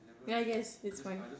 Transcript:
ya yes is fine